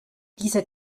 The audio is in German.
dieser